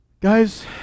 guys